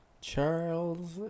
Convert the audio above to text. Charles